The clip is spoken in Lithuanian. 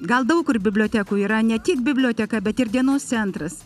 gal daug kur bibliotekų yra ne tik biblioteka bet ir dienos centras